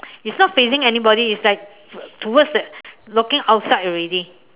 it's not facing anybody it's like towards the looking outside already